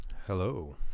Hello